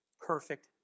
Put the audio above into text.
perfect